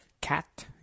cat